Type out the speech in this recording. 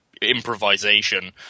improvisation